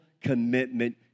commitment